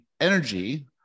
energy